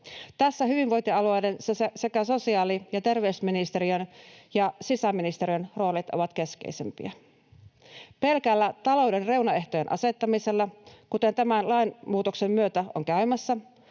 Tässä hyvinvointialueiden sekä sosiaali- ja terveysministeriön ja sisäministeriön roolit ovat keskeisimpiä. Pelkällä talouden reunaehtojen asettamisella, kuten tämän lainmuutoksen myötä on käymässä,